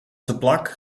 teplak